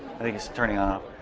think it's turning off.